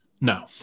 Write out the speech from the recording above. No